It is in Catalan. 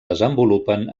desenvolupen